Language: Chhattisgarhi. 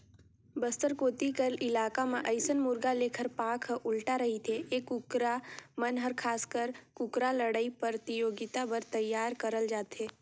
बस्तर कोती कर इलाका म अइसन मुरगा लेखर पांख ह उल्टा रहिथे ए कुकरा मन हर खासकर कुकरा लड़ई परतियोगिता बर तइयार करल जाथे